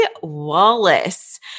Wallace